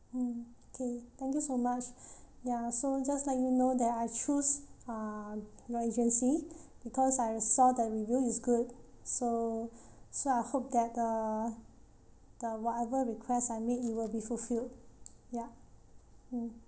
mm okay thank you so much ya so just let you know that I choose uh your agency because I saw the review is good so so I hope that uh the whatever request I made it will be fulfilled ya mm